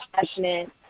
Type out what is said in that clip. Passionate